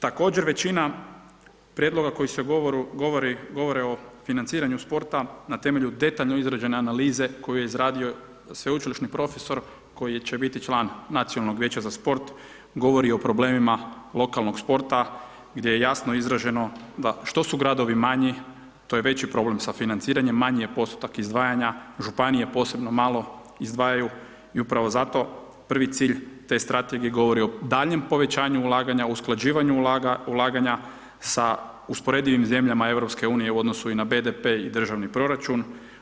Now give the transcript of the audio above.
Također većina prijedloga koji se govori o financiranju sporta, na temelju detaljno izrađene analize, koju je izradio sveučilišni profesor, koji će biti član nacionalnog vijeća za sport, govori o problemima lokalnog sporta, gdje je jasno izraženo što su gradovi manji, to je veći problem sa financiranjem, manji je postotak izdvajanja, županije, posebno malo izdvajaju i upravo zato prvi cilj te strategije govori o daljem povećavanju ulaganja, usklađivanjem ulaganja, sa usporedivim zemljama EU u odnosu na BDP i državni proračun.